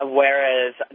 whereas